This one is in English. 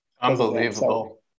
Unbelievable